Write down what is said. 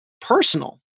personal